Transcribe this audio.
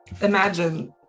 Imagine